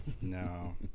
no